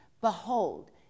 Behold